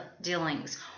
dealings